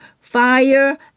Fire